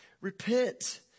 Repent